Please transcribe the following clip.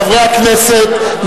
חברי הכנסת,